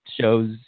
shows